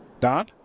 Don